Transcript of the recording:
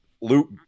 Luke